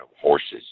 horses